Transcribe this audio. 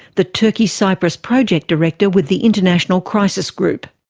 the turkey cyprus project director with the international crisis group.